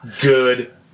Good